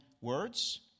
words